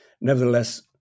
nevertheless